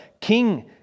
King